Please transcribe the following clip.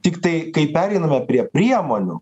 tiktai kai pereiname prie priemonių